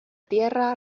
tierra